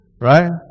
right